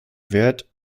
wert